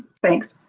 thanks.